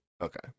Okay